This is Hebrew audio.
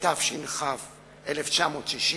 התש"ך 1960,